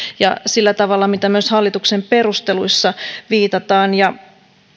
ja sillä tavalla mitä myös hallituksen perusteluissa viitataan ja